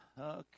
Okay